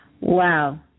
Wow